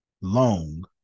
Long